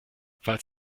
falls